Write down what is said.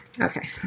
Okay